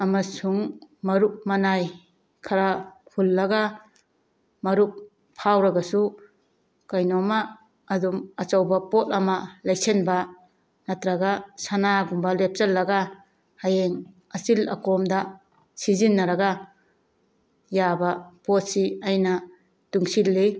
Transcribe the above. ꯑꯃꯁꯨꯡ ꯃꯔꯨꯞ ꯃꯅꯥꯏ ꯈꯔ ꯍꯨꯜꯂꯒ ꯃꯔꯨꯞ ꯐꯥꯎꯔꯒꯁꯨ ꯀꯩꯅꯣꯝꯃ ꯑꯗꯨꯝ ꯑꯆꯧꯕ ꯄꯣꯠ ꯑꯃ ꯂꯩꯁꯤꯟꯕ ꯅꯠꯇ꯭ꯔꯒ ꯁꯅꯥꯒꯨꯝꯕ ꯂꯦꯞꯁꯜꯂꯒ ꯍꯌꯦꯡ ꯑꯆꯤꯜ ꯑꯀꯣꯝꯗ ꯁꯤꯖꯤꯟꯅꯔꯒ ꯌꯥꯕ ꯄꯣꯠꯁꯤ ꯑꯩꯅ ꯇꯨꯡꯁꯤꯜꯂꯤ